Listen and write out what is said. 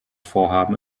vorhaben